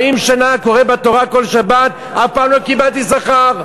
40 שנה קורא בתורה כל שבת, אף פעם לא קיבלתי שכר.